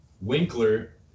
Winkler